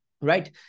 Right